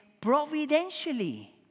providentially